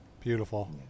Beautiful